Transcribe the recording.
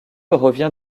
revient